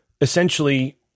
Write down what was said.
essentially